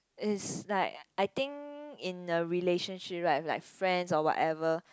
is like I think in a relationship right like friends or whatever